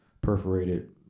perforated